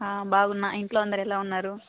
బాగున్నా ఇంట్లో అందరు ఎలా ఉన్నారు